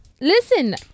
Listen